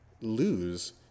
lose